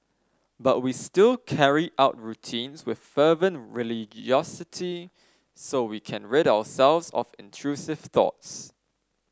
but we still carry out routines with fervent religiosity so we can rid ourselves of intrusive thoughts